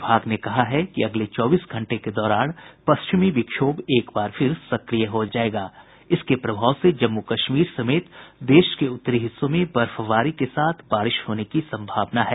विभाग ने कहा है कि अगले चौबीस घंटे के दौरान पश्चिमी विक्षोभ एक बार फिर सक्रिय हो जायेगा जिसके प्रभाव से जम्मू कश्मीर समेत देश के उत्तरी हिस्सों में बर्फबारी के साथ बारिश होने की संभावना है